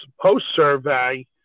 post-survey